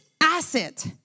asset